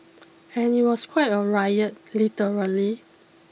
and it was quite a riot literally